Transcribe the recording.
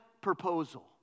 proposal